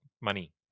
money